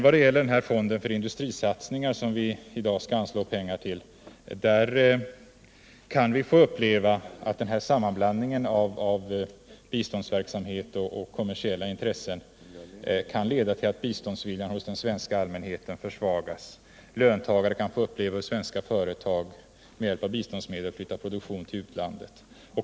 Vad gäller formen för industrisatsningar, som vi i dag skall anslå pengar till, kan vi få uppleva att sammanblandningen av biståndsverksamhet och kommersiella intressen kan leda till att biståndsviljan hos den svenska allmänheten försvagas. Löntagare kan få uppleva att svenska företag med hjälp av biståndsmedel flyttar produktion till utlandet.